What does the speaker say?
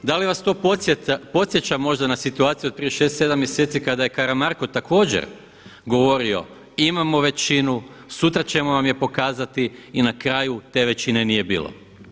Da li vas to podsjeća možda na situaciju od prije 6, 7 mjeseci kada je Karamarko također govorio imamo većinu, sutra ćemo vam je pokazati i na kraju te većine nije bilo.